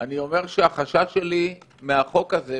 אני אומר שהחשש שלי מהחוק הזה,